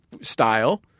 style